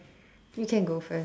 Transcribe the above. you can go first